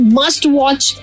must-watch